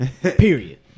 Period